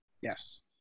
Yes